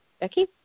Becky